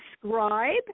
subscribe